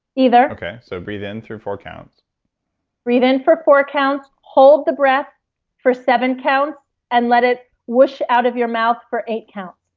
either so breathe in through four counts breathe in for four counts. hold the breathe for seven counts and let it whoosh out of your mouth for eight counts.